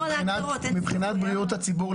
מבחינת בריאות הציבור,